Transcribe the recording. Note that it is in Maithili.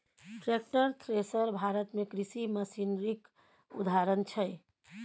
टैक्टर, थ्रेसर भारत मे कृषि मशीनरीक उदाहरण छै